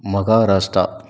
Maharashtra